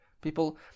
People